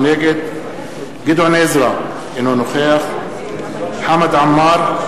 נגד גדעון עזרא, אינו נוכח חמד עמאר,